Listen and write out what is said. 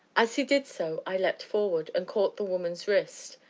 as he did so i leapt forward, and caught the woman's wrist.